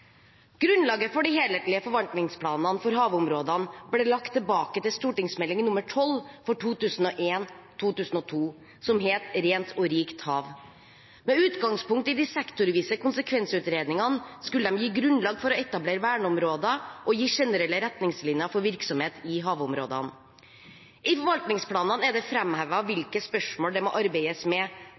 Grunnlaget for de helhetlige forvaltningsplanene for havområdene ble lagt tilbake til St.meld. nr. 12 for 2001–2002, som het Rent og rikt hav. Med utgangspunkt i de sektorvise konsekvensutredningene skulle de gi grunnlag for å etablere verneområder og gi generelle retningslinjer for virksomhet i havområdene. I forvaltningsplanene er det framhevet hvilke spørsmål det må arbeides med